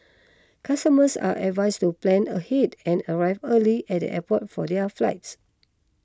customers are advised to plan ahead and arrive early at the airport for their flights